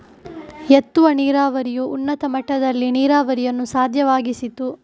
ಎತ್ತುವ ನೀರಾವರಿಯು ಉನ್ನತ ಮಟ್ಟದಲ್ಲಿ ನೀರಾವರಿಯನ್ನು ಸಾಧ್ಯವಾಗಿಸಿತು